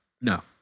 No